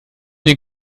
den